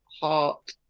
heart